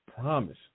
promise